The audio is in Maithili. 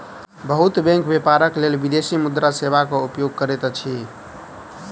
बहुत बैंक व्यापारक लेल विदेशी मुद्रा सेवा के उपयोग करैत अछि